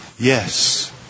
Yes